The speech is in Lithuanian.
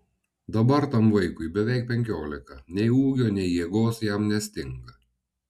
dabar tam vaikui beveik penkiolika nei ūgio nei jėgos jam nestinga